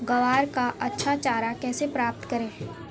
ग्वार का अच्छा चारा कैसे प्राप्त करें?